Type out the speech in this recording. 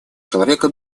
человека